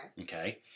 Okay